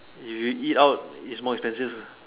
if you eat out its more expensive